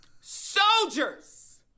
Soldiers